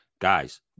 guys